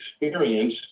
experience